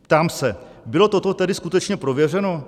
Ptám se: Bylo toto tedy skutečně prověřeno?